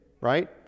right